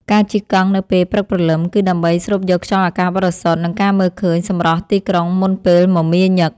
ការជិះកង់នៅពេលព្រឹកព្រលឹម គឺដើម្បីស្រូបយកខ្យល់អាកាសបរិសុទ្ធ និងការមើលឃើញសម្រស់ទីក្រុងមុនពេលមមាញឹក។